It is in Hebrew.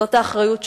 זאת האחריות שלנו.